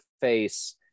face